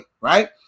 right